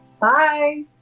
bye